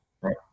Right